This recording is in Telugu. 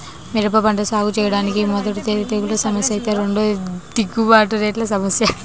మిరప పంట సాగుచేయడానికి మొదటిది తెగుల్ల సమస్య ఐతే రెండోది గిట్టుబాటు రేట్ల సమస్య